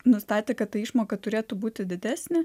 nustatė kad ta išmoka turėtų būti didesnė